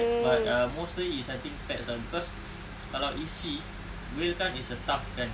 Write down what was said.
but uh mostly it's I think fats ah cause kalau isi whale kan is a tough kan